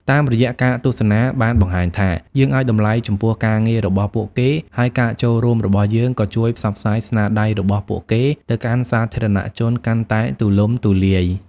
តាមរយៈការទស្សនាបានបង្ហាញថា យើងឲ្យតម្លៃចំពោះការងាររបស់ពួកគេ ហើយការចូលរួមរបស់យើងក៏ជួយផ្សព្វផ្សាយស្នាដៃរបស់ពួកគេទៅកាន់សាធារណជនកាន់តែទូលំទូលាយ។